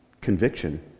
conviction